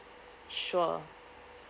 sure